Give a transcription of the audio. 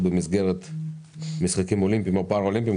במסגרת המשחקים האולימפיים או הפאראלימפיים).